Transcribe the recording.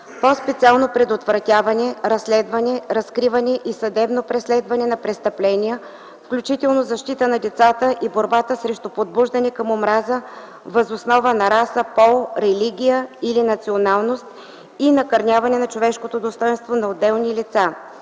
по-специално предотвратяване, разследване, разкриване и съдебно преследване на престъпления, включително защита на децата и борбата срещу подбуждането към омраза въз основа на раса, пол, религия или националност и накърняване на човешкото достойнство на отделни лица;